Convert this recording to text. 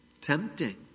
Tempting